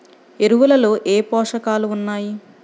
ఎరువులలో ఏ పోషకాలు ఉన్నాయి?